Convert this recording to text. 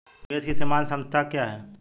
निवेश की सीमांत क्षमता क्या है?